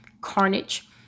carnage